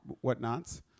whatnots